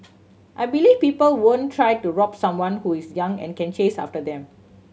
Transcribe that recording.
I believe people won't try to rob someone who is young and can chase after them